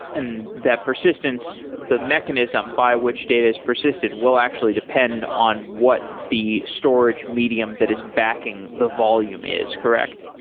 and that persistence, the mechanism by which data is persisted will actually depend on what the storage medium that is backing the volume is, correct?